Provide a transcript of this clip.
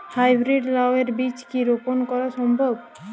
High breed লাও এর বীজ কি রোপন করা সম্ভব?